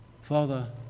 Father